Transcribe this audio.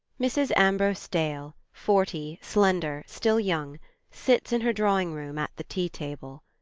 mrs. ambrose dale forty, slender, still young sits in her drawing-room at the tea-table.